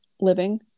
living